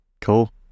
cool